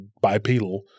bipedal